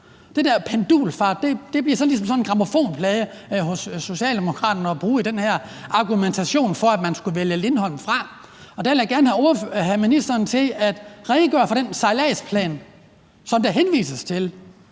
Det der »pendulfart« bliver ligesom sådan en grammofonplade hos Socialdemokraterne at bruge i den her argumentation for, at man skulle vælge Lindholm fra. Der vil jeg gerne have ministeren til at redegøre for den sejladsplan, der henvises til.